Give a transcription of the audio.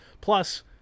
Plus